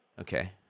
Okay